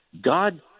god